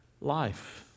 life